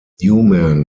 newman